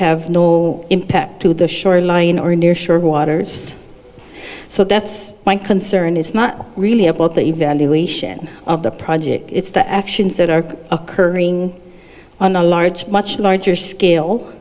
have no impact to the shoreline or near shore waters so that's my concern is not really about the evaluation of the project it's the actions that are occurring on a large much larger scale